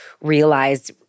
realized